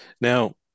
Now